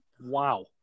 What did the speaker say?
wow